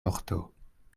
vorto